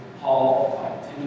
Paul